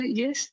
yes